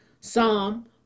Psalm